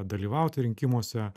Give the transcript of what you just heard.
dalyvauti rinkimuose